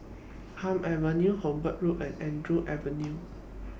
Hume Avenue Hobart Road and Andrew Avenue